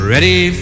Ready